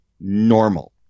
normal